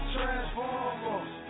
Transformers